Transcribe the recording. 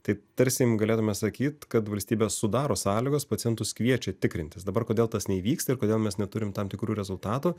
tai tarsi galėtume sakyt kad valstybė sudaro sąlygas pacientus kviečia tikrintis dabar kodėl tas neįvyksta ir kodėl mes neturim tam tikrų rezultatų